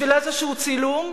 בשביל איזשהו צילום,